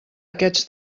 aquests